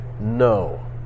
no